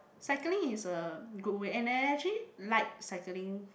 cycling is a good way and I I actually like cycling